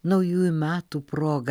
naujųjų metų proga